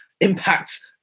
impacts